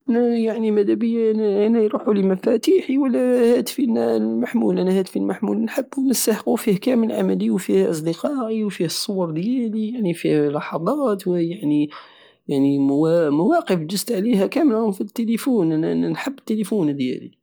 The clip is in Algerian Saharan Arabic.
انا يعني مادابية يروحولي مفاتيحي ولا هاتفي المحمول انا هاتفي المحمول نحبو ونسحقو فيه كامل عملي وفيه اصدقائي وفيه الصور ديالي وفيه لحظات ويعني- يعني مواقف جزت عليها كامل راهم في التليفون انا نحب التليفون ديالي